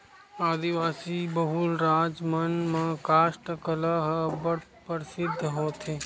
आदिवासी बहुल राज मन म कास्ठ कला ह अब्बड़ परसिद्ध होथे